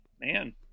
man